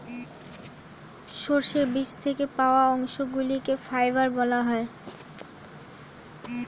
সর্ষের বীজ থেকে পাওয়া অংশগুলিকে ফাইবার বলা হয়